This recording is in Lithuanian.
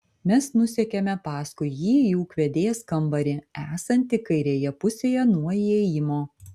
mes nusekėme paskui jį į ūkvedės kambarį esantį kairėje pusėje nuo įėjimo